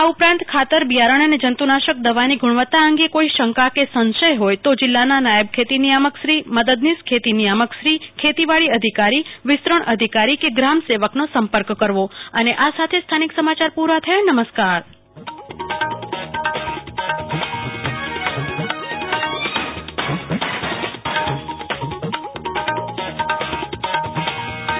આ ઉપરાંત ખાતર બિયારણ અને જં તુ નાશક દવાની ગુણવત્તા અંગે કોઇ શંકા કે સંશય હોય તો જિલ્લાના નાયબ ખેતી નિયામકશ્રી મદદનીશ ખેતી નિયામકશ્રી ખેતીવાડી અધિકારીશ્રીવિસ્તરણ અધિકારીશ્રી કે ગ્રામ સેવકનો સંપર્ક કરવો કલ્પના શાહ